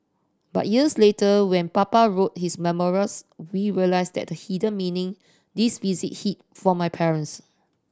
but years later when Papa wrote his memoirs we realised that the hidden meaning this visit hit for my parents